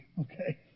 Okay